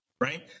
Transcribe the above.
Right